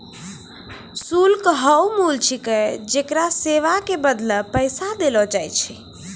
शुल्क हौअ मूल्य छिकै जेकरा सेवा के बदले पैसा देलो जाय छै